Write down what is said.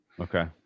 Okay